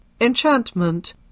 Enchantment